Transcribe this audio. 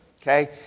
okay